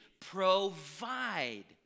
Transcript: provide